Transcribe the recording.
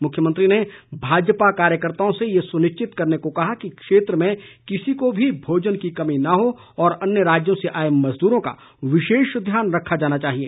मुख्यमंत्री ने भाजपा कार्यकर्ताओं से ये सुनिश्चित करने को कहा कि क्षेत्र में किसी को भी भोजन की कमी न हो और अन्य राज्यों से आए मजदूरों का विशेष ध्यान रखा जाना चाहिए